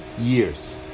years